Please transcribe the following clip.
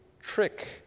trick